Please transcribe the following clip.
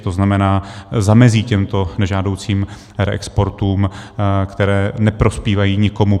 To znamená, zamezí těmto nežádoucím reexportům, které neprospívají nikomu.